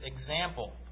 example